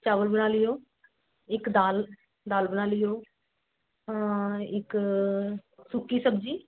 ਚਾਵਲ ਬਣਾ ਲਿਓ ਇੱਕ ਦਾਲ ਦਾਲ ਬਣਾ ਲਿਓ ਇੱਕ ਸੁੱਕੀ ਸਬਜ਼ੀ